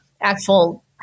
actual